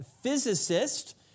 physicist